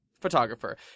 photographer